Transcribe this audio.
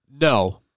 No